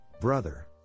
brother